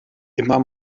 immer